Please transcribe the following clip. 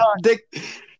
Dick